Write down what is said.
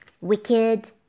wicked